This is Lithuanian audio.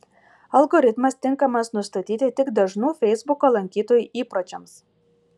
algoritmas tinkamas nustatyti tik dažnų feisbuko lankytojų įpročiams